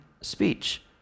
speech